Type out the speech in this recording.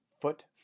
foot